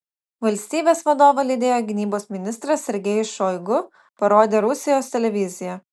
valstybės vadovą lydėjo gynybos ministras sergejus šoigu parodė rusijos televizija